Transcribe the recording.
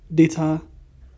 data